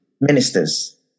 ministers